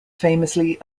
famously